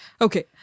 Okay